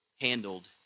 handled